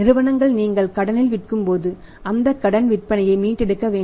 ஏனென்றால் நீங்கள் கடனில் விற்கும்போது அந்த கடன் விற்பனையை மீட்டெடுக்க வேண்டும்